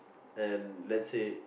and let's say